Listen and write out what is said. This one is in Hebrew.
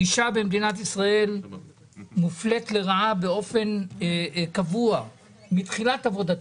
האישה במדינת ישראל מופלית לרעה באופן קבוע מתחילת עבודתה.